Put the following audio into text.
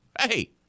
hey